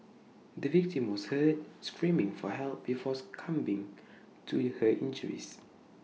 the victim was heard screaming for help before succumbing to her injuries